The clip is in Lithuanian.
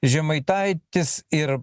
žemaitaitis ir